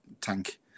tank